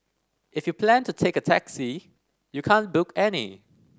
if you plan to take a taxi you can't book any